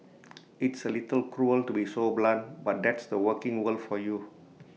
it's A little cruel to be so blunt but that's the working world for you